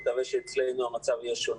אני מקווה שאצלנו המצב יהיה שונה.